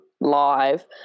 live